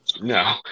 no